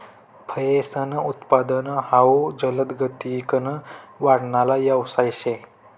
फयेसनं उत्पादन हाउ जलदगतीकन वाढणारा यवसाय शे